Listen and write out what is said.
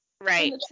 right